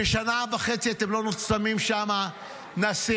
ששנה וחצי אתם לא שמים שם נשיא,